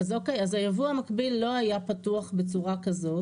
היבוא המקביל לא היה פתוח בצורה כזאת.